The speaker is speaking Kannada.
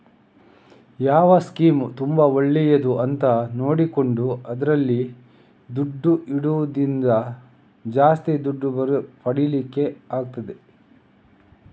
ಯಾವ ಸ್ಕೀಮ್ ತುಂಬಾ ಒಳ್ಳೇದು ಅಂತ ನೋಡಿಕೊಂಡು ಅದ್ರಲ್ಲಿ ದುಡ್ಡು ಇಡುದ್ರಿಂದ ಜಾಸ್ತಿ ದುಡ್ಡು ಪಡೀಲಿಕ್ಕೆ ಆಗ್ತದೆ